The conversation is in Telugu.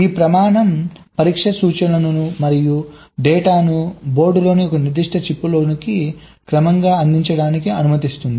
ఈ ప్రమాణం పరీక్ష సూచనలను మరియు డేటాను బోర్డులోని ఒక నిర్దిష్ట చిప్లోకి క్రమంగా అందించడానికి అనుమతిస్తుంది